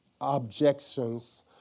objections